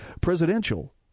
presidential